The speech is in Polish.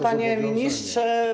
Panie Ministrze!